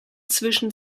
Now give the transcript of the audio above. zwischen